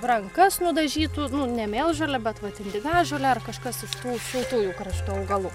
rankas nudažytų ne mėlžolė bet vat indigažolė ar kažkas iš šiltųjų kraštų augalų